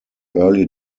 early